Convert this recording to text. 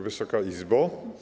Wysoka Izbo!